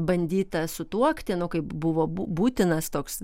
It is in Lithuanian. bandyta sutuokti nu kaip buvo būtinas toks